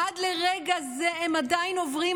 עד לרגע זה הם עדיין עוברים,